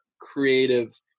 creative